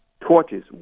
torches